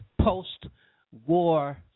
post-war